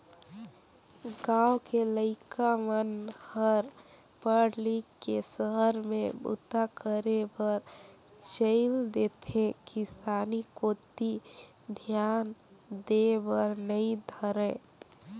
गाँव के लइका मन हर पढ़ लिख के सहर में बूता करे बर चइल देथे किसानी कोती धियान देय बर नइ धरय